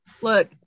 Look